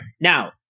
now